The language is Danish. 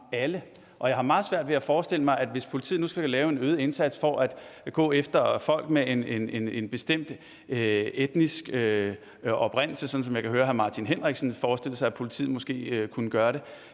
jeg har meget svært ved at forestille mig andet, end at hvis politiet nu skal gøre en øget indsats for at gå efter folk med en bestemt etnisk oprindelse – som jeg kunne høre at hr. Martin Henriksen forestiller sig at politiet måske kunne gøre det